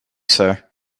sir